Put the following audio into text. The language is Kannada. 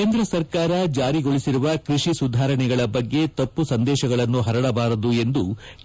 ಕೇಂದ್ರ ಸರ್ಕಾರ ಜಾರಿಗೊಳಿಸಿರುವ ಕೃಷಿ ಸುಧಾರಣೆಗಳ ಬಗ್ಗೆ ತಮ್ಮ ಸಂದೇಶಗಳನ್ನು ಹರಡಬಾರದು ಎಂದು